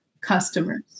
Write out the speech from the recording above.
customers